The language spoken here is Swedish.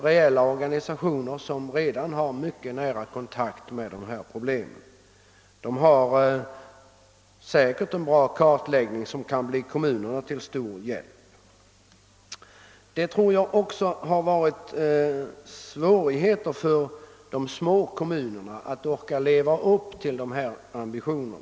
Dessa organisationer har redan mycket nära kontakt med dessa problem. De har säkert en bra kartläggning som kan bli kommunerna till stor hjälp. Jag tror också att det har förelegat svårigheter för de små kommunerna att orka leva upp till dessa ambitioner.